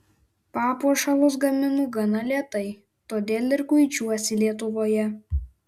papuošalus gaminu gana lėtai todėl ir kuičiuosi lietuvoje